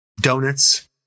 donuts